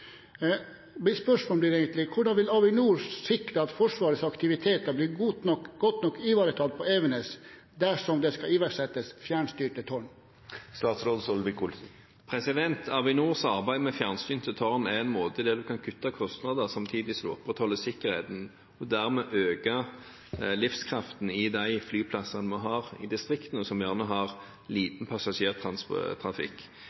iverksettes fjernstyrte tårn? Avinors arbeid med fjernstyrte tårn er en måte der en kan kutte kostnader samtidig som en opprettholder sikkerheten, og dermed øke livskraften i de flyplassene vi har i distriktene, som gjerne har liten